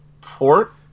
port